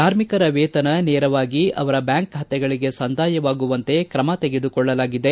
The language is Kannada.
ಕಾರ್ಮಿಕರ ವೇತನ ನೇರವಾಗಿ ಅವರ ಬ್ಯಾಂಕ ಖಾತೆಗಳಿಗೆ ಸಂದಾಯವಾಗುವಂತೆ ಕ್ರಮ ತೆಗೆದುಕೊಳ್ಳಲಾಗಿದೆ